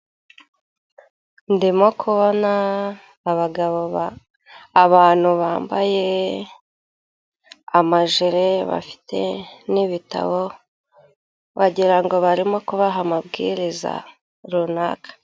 Ndimo kubona abagabo abantu bambaye amajile, bafite n'ibitabo, wagira ngo barimo kubaha amabwiriza runaka.